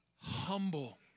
humble